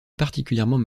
particulièrement